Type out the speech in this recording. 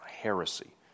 heresy